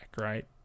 right